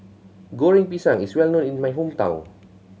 Goreng Pisang is well known in my hometown